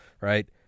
right